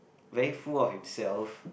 very full of himself